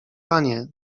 panie